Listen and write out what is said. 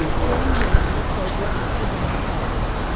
jenny wren looked over at mr. wren fondly.